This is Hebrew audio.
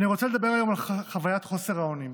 אני רוצה לדבר היום על חוויות חוסר האונים,